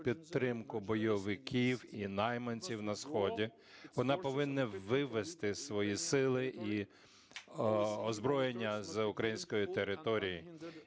підтримку бойовиків і найманців на сході, вона повинна вивести свої сили і озброєння з української території.